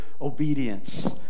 obedience